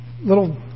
little